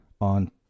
on